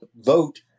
vote